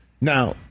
Now